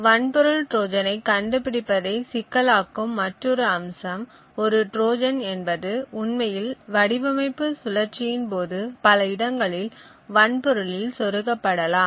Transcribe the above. வன்பொருள் ட்ரோஜனைக் கண்டுபிடிப்பதை சிக்கலாக்கும் மற்றொரு அம்சம் ஒரு ட்ரோஜன் என்பது உண்மையில் வடிவமைப்பு சுழற்சியின் போது பல இடங்களில் வன்பொருளில் சொருகப்படலாம்